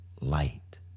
light